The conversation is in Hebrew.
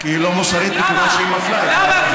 היא לא מוסרית מכיוון שהיא מפלה את הערבים.